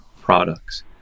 products